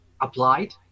applied